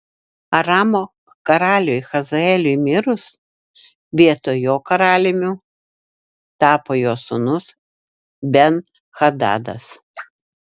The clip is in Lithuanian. aramo karaliui hazaeliui mirus vietoj jo karaliumi tapo jo sūnus ben hadadas